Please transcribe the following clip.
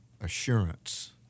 assurance